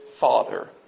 father